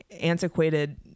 antiquated